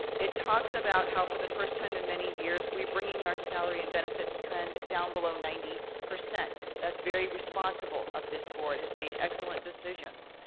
it talks about how, for the first time in many years, we're bring our salary and benefits trend down below ninety. that's very responsible of this board, has made excellent decisions.